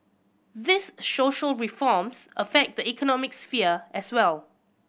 these social reforms affect the economic sphere as well